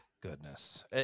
goodness